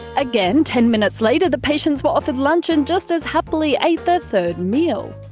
again, ten minutes later, the patients were offered lunch and just as happily ate their third meal.